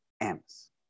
M's